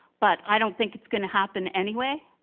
but i don't think it's gonna happen anyway.